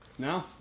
No